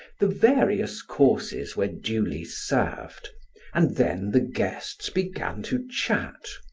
the various courses were duly served and then the guests began to chat.